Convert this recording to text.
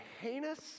heinous